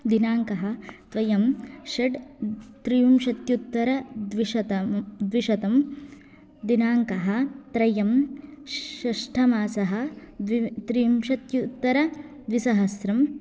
दिनाङ्कः द्वयं षट्त्रिंशत्युत्तरद्विशत द्विशतं दिनाङ्कः त्रयं षष्टमासः द्वि त्रिंशत्युत्तरद्विसहस्रं